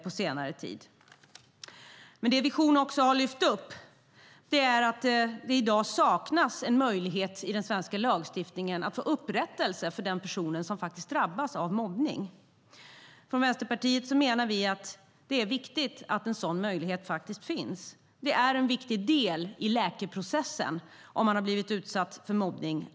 Vision har också lyft upp att det i den svenska lagstiftningen saknas möjlighet för den person som drabbats av mobbning att få upprättelse. Vänsterpartiet menar att det är viktigt att denna möjlighet finns. Upprättelse är en viktig del i läkeprocessen för den som blivit utsatt för mobbning.